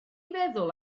feddwl